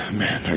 man